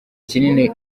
kinini